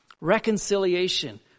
Reconciliation